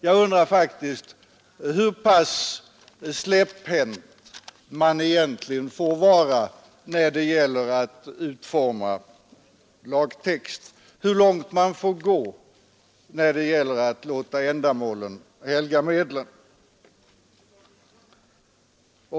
Jag undrar hur släpphänt man egentligen får vara när det gäller att utforma lagtext, hur långt man får gå när det gäller att låta ändamålen helga medlen.